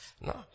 No